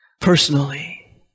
personally